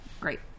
Great